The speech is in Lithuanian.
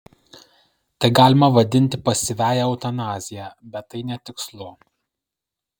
tai galima vadinti pasyviąja eutanazija bet tai netikslu